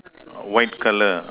white colour